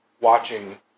watching